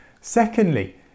Secondly